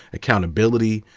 accountability,